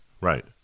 right